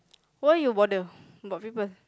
why you bother about people